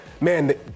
man